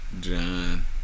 John